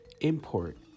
import